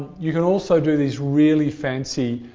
you can also do these really fancy,